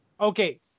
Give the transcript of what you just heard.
Okay